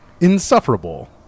Insufferable